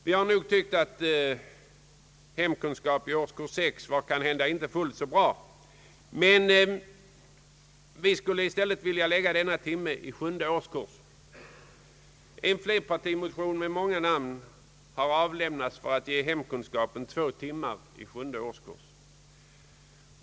Vi har tyckt att hemkunskap i årskurs 6 kanhända inte var fullt så bra, men vi vill i stället lägga denna timme i sjunde årskursen. En flerpartimotion med många namn har avlämnats med begäran om två timmar hemkunskap per vecka i sjunde årskursen.